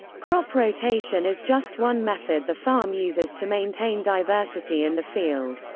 crop rotation is just one method the farm uses to maintain diversity in the field.